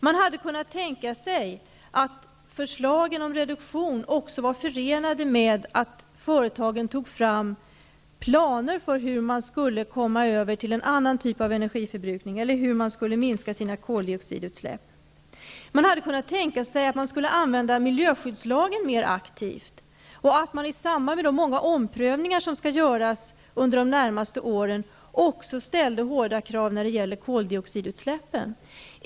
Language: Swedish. Man kunde ha tänkt sig att förslagen om en reduktion också var förenade med kravet på företagen att dessa tar fram planer för hur man skulle kunna gå över till en annan typ av energiförbrukning eller för hur koldioxidutsläppen skulle kunna minskas. Man kunde ha tänkt sig att använda miljöskyddslagen mera aktivt. Dessutom kunde man ha tänkt sig hårda krav i samband med de många omprövningar som skall göras under de närmaste åren när det gäller koldioxidutsläppen.